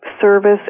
Service